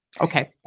Okay